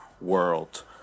world